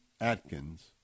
Atkins